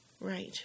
Right